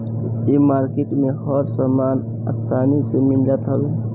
इ मार्किट में हर सामान आसानी से मिल जात हवे